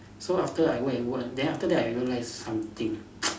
so after I go and work then after that I realised something